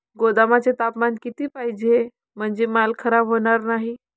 गोदामाचे तापमान किती पाहिजे? म्हणजे माल खराब होणार नाही?